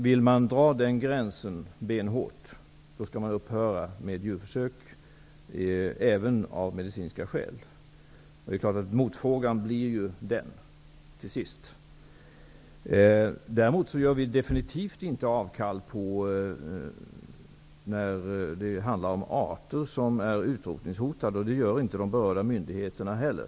Vill man dra den gränsen benhårt, skall man upphöra med djurförsök även av medicinska skäl. Till sist blir ju motfrågan den. Däremot gör vi definitivt inte avkall när det gäller arter som är utrotningshotade. Det gör inte de berörda myndigheterna heller.